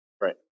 Right